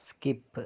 skip